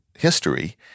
history